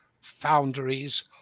foundries